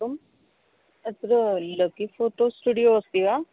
ओम् अत्र lucky photo studio अस्ति वा